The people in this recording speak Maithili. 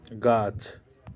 गाछ